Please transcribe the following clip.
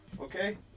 okay